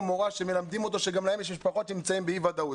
מורה שמלמדים אותו וגם להם יש משפחות והם נמצאים באי ודאות.